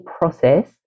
process